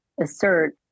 assert